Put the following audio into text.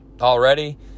already